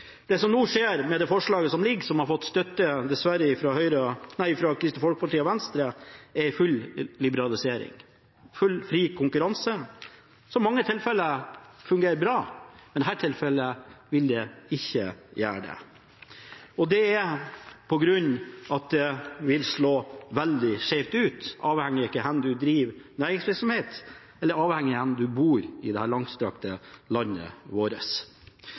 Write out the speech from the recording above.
Det som nå skjer med det forslaget som foreligger, som dessverre har fått støtte fra Kristelig Folkeparti og Venstre, er full liberalisering – full fri konkurranse, som i mange tilfeller fungerer bra, men i dette tilfellet vil det ikke gjøre det. Det er på grunn av at det vil slå veldig skjevt ut, avhengig av hvor en driver næringsvirksomhet, og avhengig av hvor en bor i dette langstrakte landet vårt.